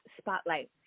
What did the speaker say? Spotlight